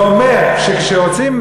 1,000 משפחות